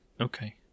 okay